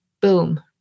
boom